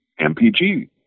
MPG